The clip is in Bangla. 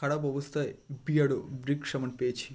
খারাপ অবস্থায় বিয়ার্ডো ব্রিক সাবান পেয়েছি